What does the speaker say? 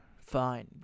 Fine